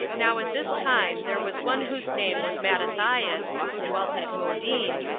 now at this time there was one whose name was mattathias, who dwelt at modin,